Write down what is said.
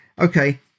okay